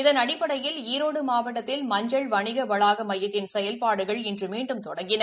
இதன் அடிப்படையில் ஈரோடு மாவட்டத்தில் மஞ்சள் வணிக வளாக மையத்தின் செயல்பாடுகள் இன்று மீண்டும் தொடங்கியது